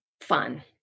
fun